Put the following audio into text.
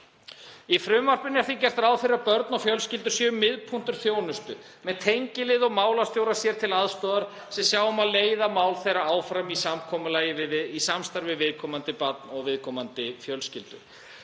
Í frumvarpinu er því gert ráð fyrir að börn og fjölskyldur séu miðpunktur þjónustu með tengilið og málstjóra sér til aðstoðar sem sjá um að leiða mál þeirra áfram í samstarfi við viðkomandi barn og viðkomandi fjölskyldu.